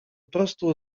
prostu